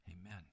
amen